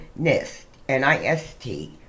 NIST